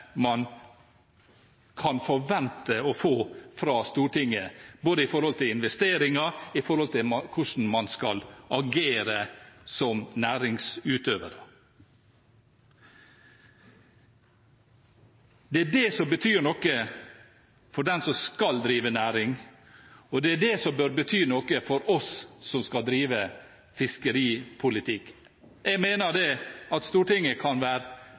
man kan forvente å få fra Stortinget når det gjelder både investeringer og hvordan man skal agere som næringsutøver. Det er det som betyr noe for dem som skal drive næring, og det er det som bør bety noe for oss som skal drive fiskeripolitikk. Jeg mener at Stortinget kan være